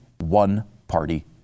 one-party